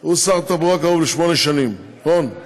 הוא שר תחבורה קרוב לשמונה שנים, נכון?